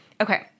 Okay